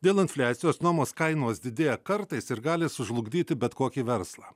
dėl infliacijos nuomos kainos didėja kartais ir gali sužlugdyti bet kokį verslą